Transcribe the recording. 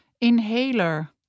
Inhaler